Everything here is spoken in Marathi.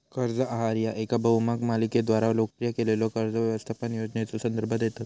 कर्ज आहार ह्या येका बहुभाग मालिकेद्वारा लोकप्रिय केलेल्यो कर्ज व्यवस्थापन योजनेचो संदर्भ देतत